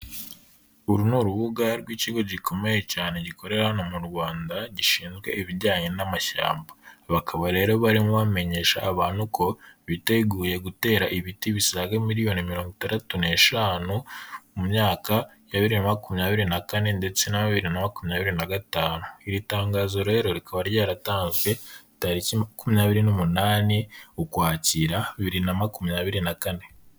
Uru ni urubuga rw'ikigo gikomeye cyane gikorera hano mu Rwanda gishinzwe ibijyanye n'amashyamba. Bakaba rero barimo bamenyesha abantu ko biteguye gutera ibiti bisaga miliyoni mirongo itandatu n'eshanu, mu myaka ya bibiri na makumyabiri na kane ndetse na bibiri na makumyabiri na gatanu. Iri tangazo rero rikaba ryaratanzwe tariki makumyabiri n'umunani Ukwakira, bibiri na makumyabiri na kane.